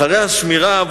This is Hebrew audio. אחרי השמירה,